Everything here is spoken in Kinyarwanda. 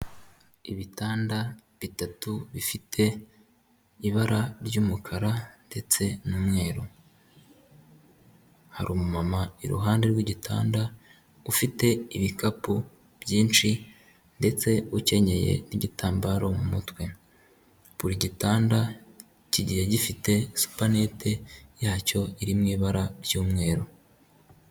Ibitanda bitatu bifite ibara ry'umukara ndetse n'umweru. Hari umumama iruhande rw'igitanda, ufite ibikapu byinshi ndetse ukenyeye n'igitambaro mu mutwe. Buri gitanda kigiye gifite supannete yacyo iri mu ibara ry'umweru.